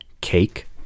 cake